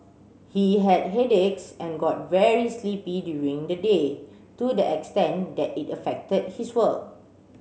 he had headaches and got very sleepy during the day to the extent that it affected his work